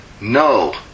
No